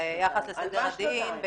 ביחס לסדר הדין -- על מה שנתיים?